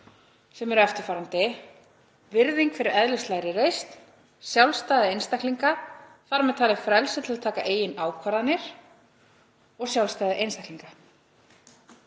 sem eru eftirfarandi: Virðing fyrir eðlislægri reisn, sjálfræði einstaklinga, þar með talið frelsi til að taka eigin ákvarðanir, og sjálfstæði einstaklinga.